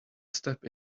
step